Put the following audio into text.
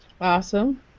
Awesome